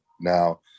Now